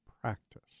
practice